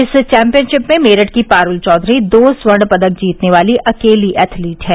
इस चैम्पियनशिप में मेरठ की पारूल चौधरी दो स्वर्ण पदक जीतने वाली अकेली एथलीट हैं